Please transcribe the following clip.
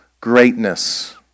greatness